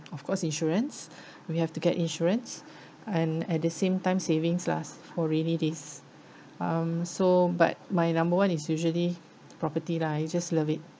of course insurance we have to get insurance and at the same time savings last for rainy days um so but my number one is usually property lah I just love it